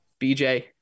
BJ